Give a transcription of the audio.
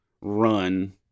run